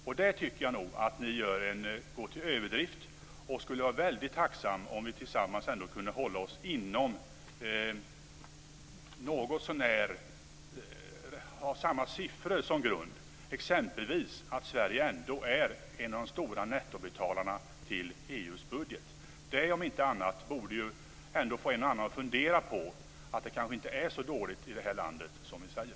Jag tycker att ni går till överdrift, och jag skulle vara väldigt tacksam om vi tillsammans ändå kunde ha samma siffror som grund. Sverige är t.ex. en av de stora nettobetalarna till EU:s budget. Det om inte annat borde få en och annan att inse att det kanske inte är så dåligt i det här landet som ni säger.